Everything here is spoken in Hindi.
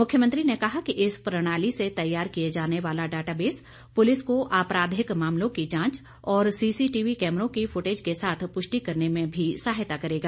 मुख्यमंत्री ने कहा कि इस प्रणाली से तैयार किया जाने वाला डाटाबेस पुलिस को आपराधिक मामलों की जांच और सीसीटीवी कैमरों की फुटेज के साथ पुष्टि करने में भी सहायता करेगा